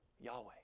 Yahweh